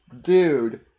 Dude